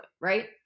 right